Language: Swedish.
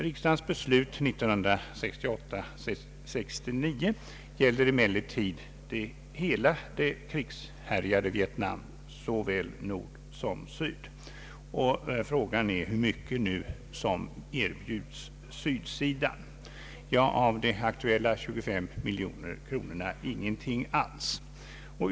Riksdagens beslut 1968/ 69 gäller emellertid hela det krigshärjade Vietnam, såväl Nord som Syd. Frågan är hur mycket som nu erbjudes Syd. Ja, av de aktuella 25 miljoner kronorna ingenting alls.